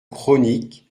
chronique